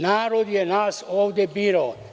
Narod je nas ovde birao.